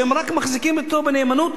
שהם רק מחזיקים אצלו בנאמנות,